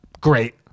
Great